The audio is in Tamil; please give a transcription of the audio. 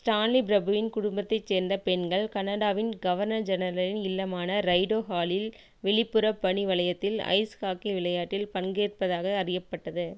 ஸ்டான்லி பிரபுவின் குடும்பத்தைச் சேர்ந்த பெண்கள் கனடாவின் கவர்னர் ஜெனரலின் இல்லமான ரைடோ ஹாலில் வெளிப்புற பனி வளையத்தில் ஐஸ் ஹாக்கி விளையாட்டில் பங்கேற்பதாக அறியப்பட்டது